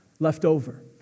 Leftover